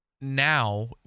now